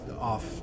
off